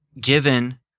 given